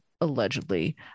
allegedly